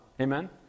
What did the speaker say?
Amen